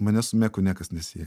manęs su meku niekas nesieja